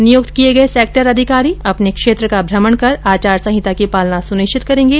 नियुक्त किये गये सेक्टर अधिकारी अपने क्षेत्र का भ्रमण कर आचार संहिता की पालना सुनिश्चित करेंगे